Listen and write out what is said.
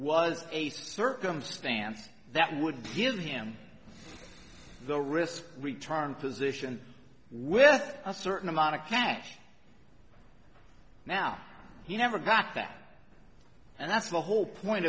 a circumstance that would give him the risk return position with a certain amount of cash now he never got that and that's the whole point